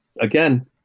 again